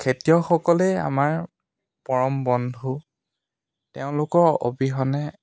খেতিয়কসকলেই আমাৰ পৰম বন্ধু তেওঁলোকৰ অবিহনে